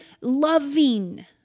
loving